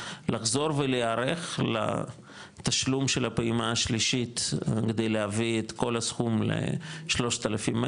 לחזור ולהיערך לתשלום של הפעימה השלישית כדי להביא את כל הסכום ל-3,100,